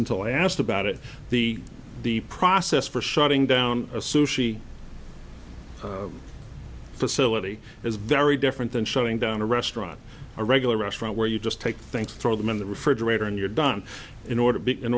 until i asked about it the the process for shutting down a sushi facility is very different than showing down a restaurant a regular restaurant where you just take thanks throw them in the refrigerator and you're done in order to be in